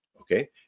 okay